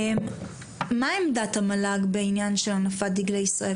מה עמדת המל"ג בעניין של הנפת דגלי ישראל?